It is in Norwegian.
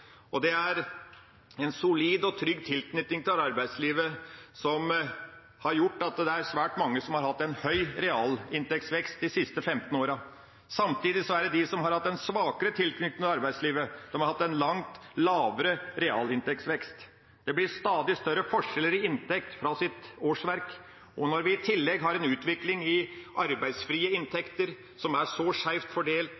og det er en solid og trygg tilknytning til arbeidslivet som har gjort at svært mange har hatt en høy realinntektsvekst de siste 15 åra. Samtidig har de som har hatt en svakere tilknytning til arbeidslivet, hatt en langt lavere realinntektsvekst. Det blir stadig større forskjeller i inntekt av årsverk. Når vi i tillegg har en utvikling i arbeidsfrie inntekter som er så skeivt fordelt,